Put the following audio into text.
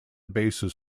basis